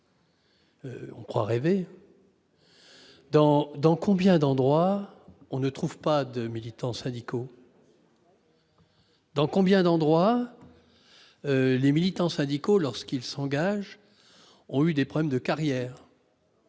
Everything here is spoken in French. On croit rêver dans dans combien d'endroits, on ne trouve pas de militants syndicaux. Dans combien d'endroits, les militants syndicaux lorsqu'il s'engage, ont eu des problèmes de carrière.